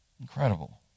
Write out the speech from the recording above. Incredible